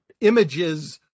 images